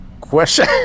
question